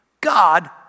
God